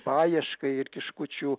paieškai ir kiškučių